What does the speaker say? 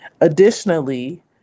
Additionally